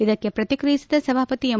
ಇದಕ್ಕೆ ಪ್ರತಿಕ್ರಿಯಿಸಿದ ಸಭಾಪತಿ ಎಂ